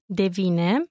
devine